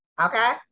Okay